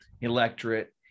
electorate